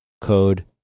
Code